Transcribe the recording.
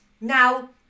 Now